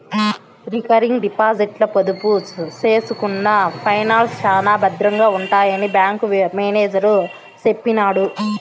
recurring డిపాజిట్ల పొదుపు సేసుకున్న పైసల్ శానా బద్రంగా ఉంటాయని బ్యాంకు మేనేజరు సెప్పినాడు